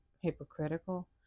hypocritical